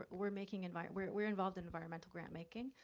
but we're making invite, we're we're involved in environmental grant making,